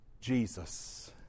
Jesus